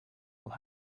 will